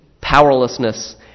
powerlessness